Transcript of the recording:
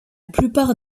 plupart